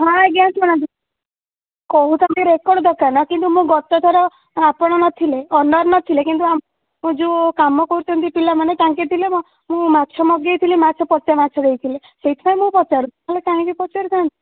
ହଁ ଆଜ୍ଞା ଶୁଣନ୍ତୁ କହୁଛନ୍ତି ରେକର୍ଡ଼ ଦୋକାନ କିନ୍ତୁ ମୁଁ ଗତ ଥର ଆପଣ ନଥିଲେ ଅନର ନଥିଲେ କିନ୍ତୁ ଯେଉଁ କାମ କରୁଛନ୍ତି ପିଲାମାନେ ତାଙ୍କେ ଥିଲେ ମୁଁ ମାଛ ମଗେଇଥିଲି ମାଛ ପଚା ମାଛ ଦେଇଥିଲେ ସେଇଥିପାଇଁ ମୁଁ ପଚାରୁଛି ନହେଲେ କାହିଁକି ପଚାରିଥାନ୍ତି